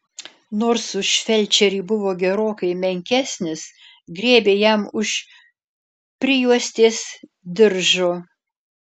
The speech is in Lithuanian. nors už felčerį buvo gerokai menkesnis griebė jam už prijuostės diržo